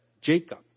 Jacob